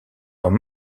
alors